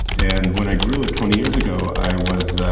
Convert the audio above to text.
and when i grew it twenty years ago, i was